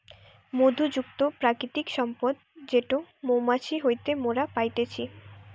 মধু যুক্ত প্রাকৃতিক সম্পদ যেটো মৌমাছি হইতে মোরা পাইতেছি